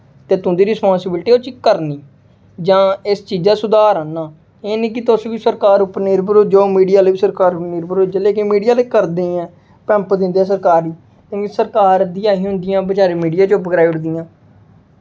ते तुं'दी रिस्पांसिबिलिटी ऐ कि करनी जां इस चीजा च सुधार आह्नना एह् निं कि तुस बी सरकार उप्पर निर्भर होई जाओ मीडिया आह्ले बी सरकार पर निर्भर होई जाओ जिसलै कि मीडिया आह्ले करदे ऐं पम्प दिंदे ऐ सरकार गी सरकार बी ऐसी होंदियां बचैरी मीडिया चुप्प कराई ओड़दियां